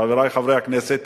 חברי חברי הכנסת,